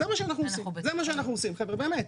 זה מה שאנחנו עושים חבר'ה, באמת.